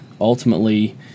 ultimately